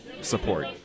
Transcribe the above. support